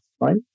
right